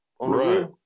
Right